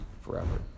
Forever